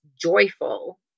joyful